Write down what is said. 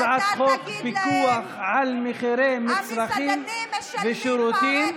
הצעת חוק פיקוח על מחירי מצרכים ושירותים